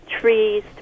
trees